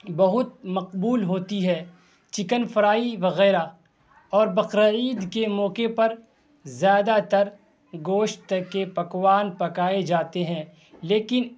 بہت مقبول ہوتی ہے چکن فرائی وغیرہ اور بقر عید کے موقعے پر زادہ تر گوشت کے پکوان پکائے جاتے ہیں لیکن